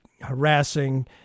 harassing